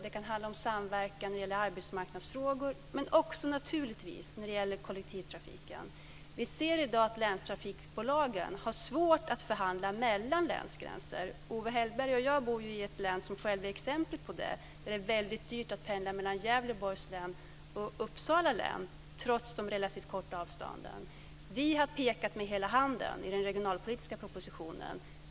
Det kan handla om samverkan när det gäller arbetsmarknadsfrågor men också, naturligtvis, när det gäller kollektivtrafiken. Vi ser i dag att länstrafikbolagen har svårt att förhandla över länsgränser. Owe Hellberg och jag bor ju i ett län som är exempel på det. Det är väldigt dyrt att pendla mellan Gävleborgs län och Uppsala län trots de relativt korta avstånden. Vi har pekat med hela handen i den regionalpolitiska propositionen.